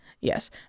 Yes